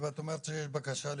נו, ואת אומרת שיש בקשה ל-300.